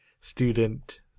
student